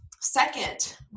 Second